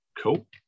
cool